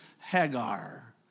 Hagar